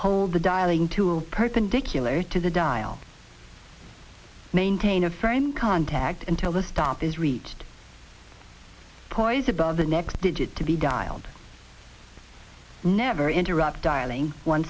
hold the dialing tool perpendicular to the dial maintain a frame contact until the stop is reached poise about the next digit to be dialed never interrupt dialing on